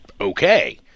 okay